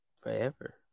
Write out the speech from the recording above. forever